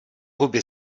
huby